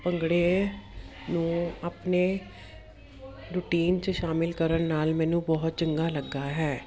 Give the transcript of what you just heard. ਭੰਗੜੇ ਨੂੰ ਆਪਣੇ ਰੂਟੀਨ 'ਚ ਸ਼ਾਮਲ ਕਰਨ ਨਾਲ ਮੈਨੂੰ ਬਹੁਤ ਚੰਗਾ ਲੱਗਿਆ ਹੈ